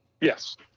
Yes